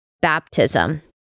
baptism